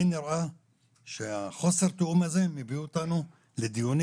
לי נראה שחוסר התיאום הזה מביא אותנו לדיונים